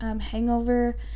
hangover